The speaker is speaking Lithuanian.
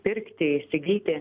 pirkti įsigyti